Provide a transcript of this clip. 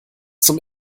zum